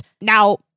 now